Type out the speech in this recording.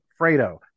Fredo